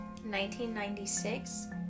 1996